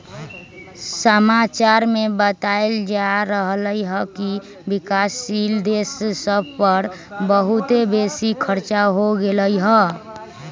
समाचार में बतायल जा रहल हइकि विकासशील देश सभ पर बहुते बेशी खरचा हो गेल हइ